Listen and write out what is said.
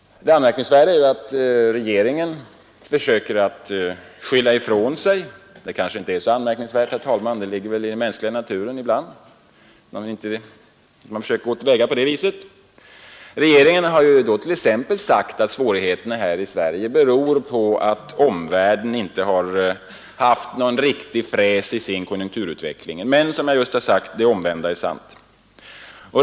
Det anmärkningsvärda är att regeringen försöker skylla ifrån sig. Nå, det kanske inte är så anmärkningsvärt; det ligger väl i den mänskliga naturen att göra så ibland. Regeringen har t.ex. sagt att svårigheterna här i landet beror på att omvärlden inte har haft någon riktig fart på konjunkturutvecklingen. Men som jag nyss sagt har förhållandet i stället varit det omvända.